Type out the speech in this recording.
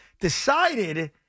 decided